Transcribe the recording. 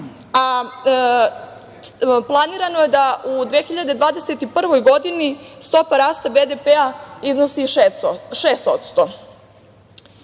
a planirano je da u 2021. godini stopa rasta BDP iznosi 6%.Od